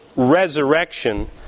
resurrection